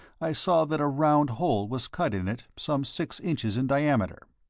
i saw that a round hole was cut in it some six inches in diameter.